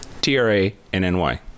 T-R-A-N-N-Y